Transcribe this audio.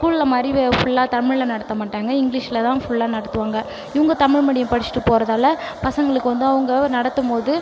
ஸ்கூலில் மாதிரி ஃ புல்லாக தமிழில் நடத்த மாட்டாங்க இங்கிலீஷில் தான் ஃபுல்லா நடத்துவாங்க இவங்க தமிழ் மீடியம் படிச்சிகிட்டு போகறதுனால பசங்களுக்கு வந்து அவங்க நடத்தும் போது